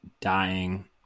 dying